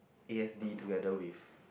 A_S_D together with